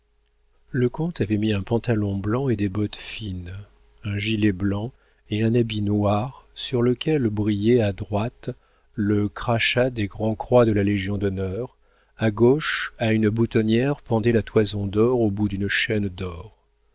le comte avait mis un pantalon blanc et des bottes fines un gilet blanc et un habit noir sur lequel brillait à droite le crachat des grands croix de la légion-d'honneur à gauche à une boutonnière pendait la toison dor au bout d'une chaîne d'or